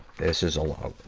this is a long